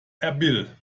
erbil